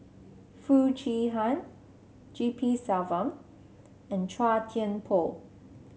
Foo Chee Han G P Selvam and Chua Thian Poh